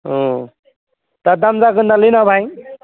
अ दा दाम जागोन नालै ना भाइ